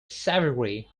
savagery